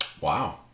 wow